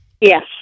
yes